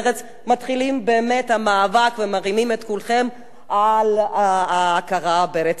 מתחילים באמת את המאבק ומרימים את כולם להכרה ברצח העם הארמני.